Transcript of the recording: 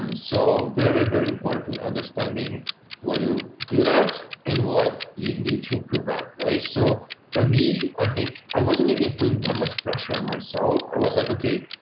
um so very, very important understanding what you're good at and what you need to improve at. right, so for me i think i wasn't even putting that much pressure on myself. i was like okay,